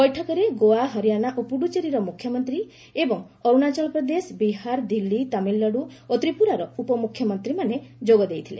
ବୈଠକରେ ଗୋଆ ହରିଆଣା ଓ ପ୍ରଡ୍ରଚେରୀର ମୁଖ୍ୟମନ୍ତ୍ରୀ ଏବଂ ଅର୍ଚ୍ଚଣାଚଳ ପ୍ରଦେଶ ବିହାର ଦିଲ୍ଲୀ ତାମିଲନାଡୁ ଓ ତ୍ରିପୁରାର ଉପମୁଖ୍ୟମନ୍ତ୍ରୀମାନେ ଯୋଗଦେଇଥିଲେ